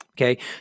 Okay